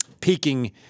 peaking